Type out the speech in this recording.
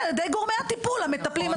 על-ידי גורמי הטיפול המטפלים,